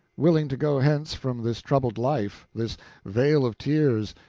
willing to go hence from this troubled life, this vale of tears,